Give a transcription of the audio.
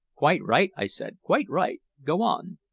quite right, i said. quite right. go on.